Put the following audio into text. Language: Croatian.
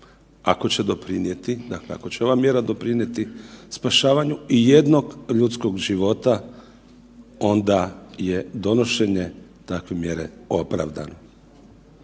Ako će doprinijeti, ako će ova mjera doprinijeti spašavanju i jednog ljudskog života, onda je donošenje takve mjere opravdano.